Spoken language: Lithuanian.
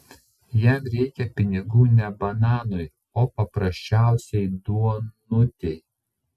jam reikia pinigų ne bananui o paprasčiausiai duonutei